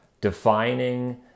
defining